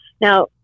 Now